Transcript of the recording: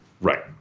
Right